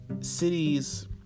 cities